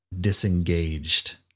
disengaged